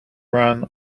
ran